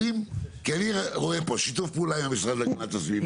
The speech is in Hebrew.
כי אני רואה פה שיתוף פעולה עם המשרד להגנת הסביבה,